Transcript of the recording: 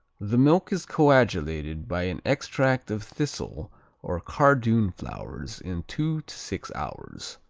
the milk is coagulated by an extract of thistle or cardoon flowers in two to six hours.